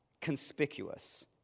conspicuous